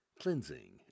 cleansing